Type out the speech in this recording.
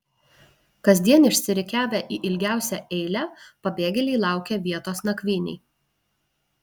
kasdien išsirikiavę į ilgiausią eilę pabėgėliai laukia vietos nakvynei